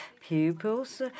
pupils